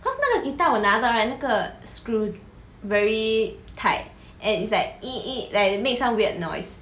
cause 那个 guitar 我拿到那个 screw very tight and it's like !ee! !ee! like it make some weird noise